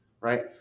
Right